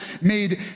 made